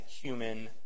human